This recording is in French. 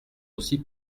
aussi